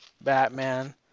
Batman